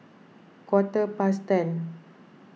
quarter past ten